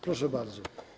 Proszę bardzo.